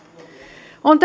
on